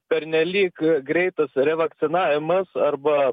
pernelyg greitas revakcinavimas arba